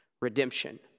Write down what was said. redemption